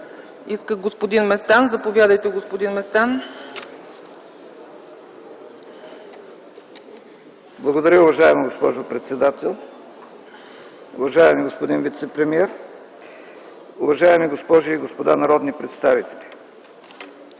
иска господин Местан. Заповядайте, господин Местан. ЛЮТВИ МЕСТАН (ДПС): Благодаря, уважаема госпожо председател. Уважаеми господин вицепремиер, уважаеми госпожи и господа народни представители!